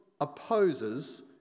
opposes